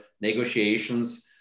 negotiations